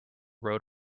road